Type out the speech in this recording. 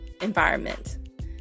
environment